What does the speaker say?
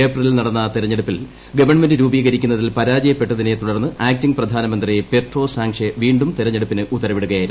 ഏപ്രിലിൽ നടന്ന തെരഞ്ഞെടുപ്പിൽ ഗവൺമെന്റ് രൂപീകരിക്കുന്നതിൽ പരാജയപ്പെട്ടതിനെ തുടർന്ന് ആക്ടിംഗ് പ്രധാനമന്ത്രി പെട്രോസാങ്ഷെ വീ ും തെരഞ്ഞെടുപ്പിന് ഉത്തരവിടുകയായിരുന്നു